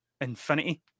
infinity